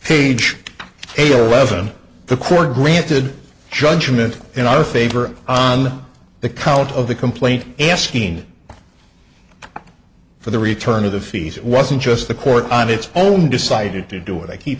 page eleven the court granted judgment in our favor on the count of the complaint asking for the return of the feat it wasn't just the court on its own decided to do it i keep